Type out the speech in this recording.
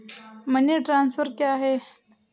Money transfer क्या है?